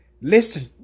listen